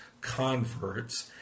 converts